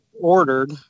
ordered